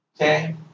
Okay